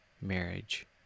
marriage